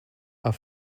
are